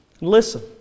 Listen